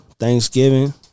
Thanksgiving